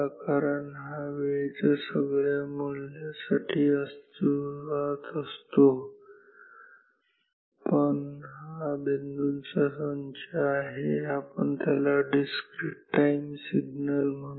कारण हा वेळेच्या सगळ्या मूल्यासाठी सतत अस्तित्वात असतो पण हा बिंदूंचा संच आहे याला आपण डिस्क्रिट टाईम सिग्नल म्हणतो